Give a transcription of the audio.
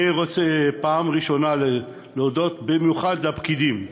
אני רוצה בפעם הראשונה להודות במיוחד לפקידים,